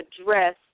address